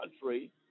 country